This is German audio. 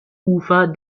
ufer